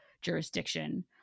jurisdiction